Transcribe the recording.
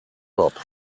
hop